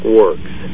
works